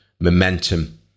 momentum